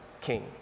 king